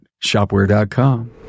Shopware.com